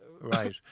Right